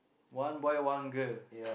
one boy one girl